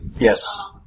Yes